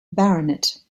baronet